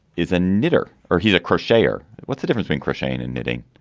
is a knitter or he's a cross share. what's the difference being crocheting and knitting?